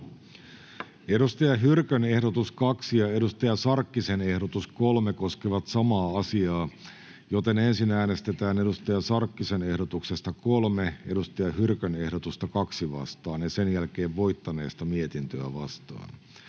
Joona Räsäsen ehdotus 28 ja Hanna Sarkkisen ehdotus 31 koskevat samaa asiaa, joten ensin äänestetään Hanna Sarkkisen ehdotuksesta 31 Joona Räsäsen ehdotusta 28 vastaan ja sen jälkeen voittaneesta Saara